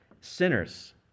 sinners